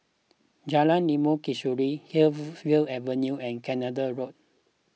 Jalan Limau Kasturi Hillview Avenue and Canada Road